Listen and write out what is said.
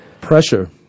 Pressure